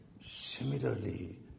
similarly